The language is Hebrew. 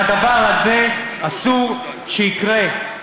והדבר הזה, אסור שיקרה.